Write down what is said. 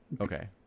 Okay